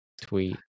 tweet